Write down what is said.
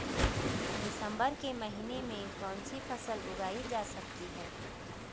दिसम्बर के महीने में कौन सी फसल उगाई जा सकती है?